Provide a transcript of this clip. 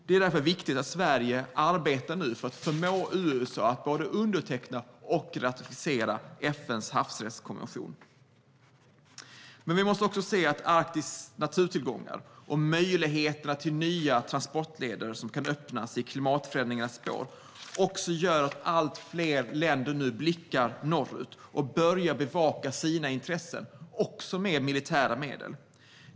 Det är därför viktigt att Sverige arbetar för att förmå USA att både underteckna och ratificera FN:s havsrättskonvention. Vi måste också se att Arktis naturtillgångar och möjligheter till nya transportleder, som kan öppnas i klimatförändringarnas spår, gör att allt fler länder nu blickar norrut och börjar bevaka sina intressen, även med militära medel.